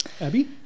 Abby